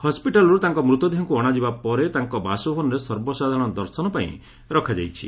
ହସ୍କିଟାଲ୍ରୁ ତାଙ୍କ ମୃତଦେହକୁ ଅଶାଯିବା ପରେ ତାଙ୍କ ବାସଭବନରେ ସର୍ବସାଧାରଣ ଦର୍ଶନ ପାଇଁ ରଖାଯାଇଛି